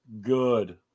good